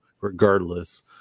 regardless